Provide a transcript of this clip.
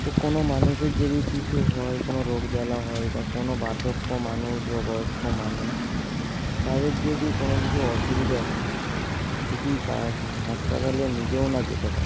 তো কোনও মানুষের যদি কিছু হয় কোনও রোগ জ্বালা হয় কোনও বার্ধক্য মানুষ বা বয়স্ক মানুষ তাদের যদি কোনও কিছু অসুবিধা হয় যদি তার হাসপাতালে নিজেও না যেতে পারে